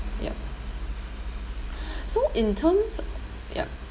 yup so in terms yup